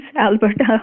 Alberta